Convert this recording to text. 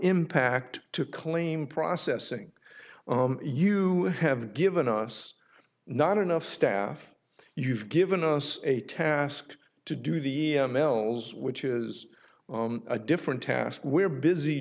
impact to claim processing you have given us not enough staff you've given us a task to do the mel's which is a different task we're busy